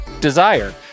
Desire